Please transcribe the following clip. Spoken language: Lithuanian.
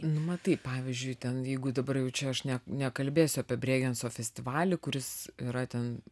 nu matai pavyzdžiui ten jeigu dabar jau čia aš ne nekalbėsiu apie brųgenso festivalį kuris yra ten